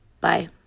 Bye